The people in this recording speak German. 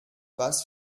was